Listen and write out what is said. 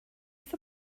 wrth